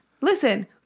listen